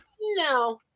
No